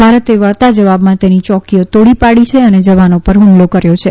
ભારતે વળતા જવાબમાં તેની ચોકીઓ તોડી પાડી છે અને જવાનો પર ફમલો કર્થો છે